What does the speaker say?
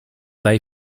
they